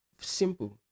Simple